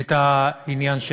את העניין,